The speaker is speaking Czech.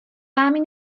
vámi